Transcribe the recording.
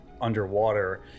underwater